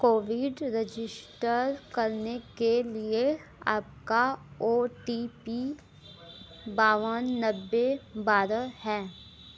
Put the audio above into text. Covid register करने के लिए आपका ओ टी पी बावन नब्बे बारह है